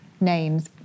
names